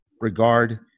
regard